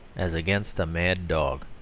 as against a mad dog?